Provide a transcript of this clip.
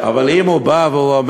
אבל אם הוא בא ואומר